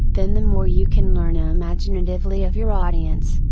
then the more you can learn ah imaginatively of your audience,